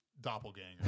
doppelganger